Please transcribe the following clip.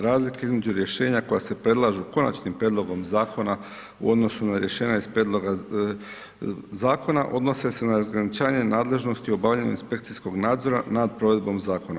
Razlika između rješenja koja se predlažu konačnim prijedlogom zakona, u odnosu na rješenja iz prijedloga zakona, odnose na razgraničenje nadležnosti obavljanja inspekcijskog nadzora, nad provedbom zakona.